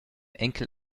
enkel